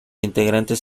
integrantes